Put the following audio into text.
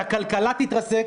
שהכלכלה תתרסק,